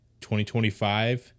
2025